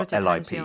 Lip